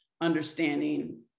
understanding